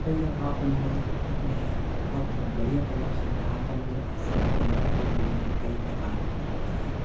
कई जगहों पर मैंने अपने बहुत बढ़ियाँ प्रदर्शन रहा तो मुझे वहाँ से ईनाम भी मिली हैं कई प्रकार की